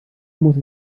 muss